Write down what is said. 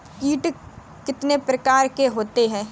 कीट कितने प्रकार के होते हैं?